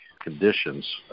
conditions